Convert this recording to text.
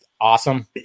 awesome